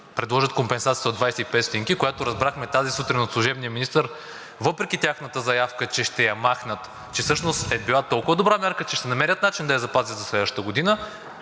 предложат компенсацията от 0,25 лв., която, разбрахме тази сутрин от служебния министър, въпреки тяхната заявка, че ще я махнат, че всъщност е била толкова добра мярка, че ще намерят начин да я запазят за следващата година,